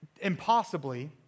impossibly